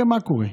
הרי מה קורה?